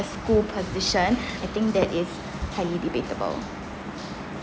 a school position I think that is highly debatable